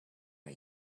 are